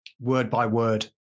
word-by-word